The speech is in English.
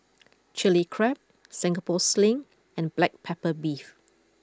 Chilli Crab Singapore Sling and Black Pepper Beef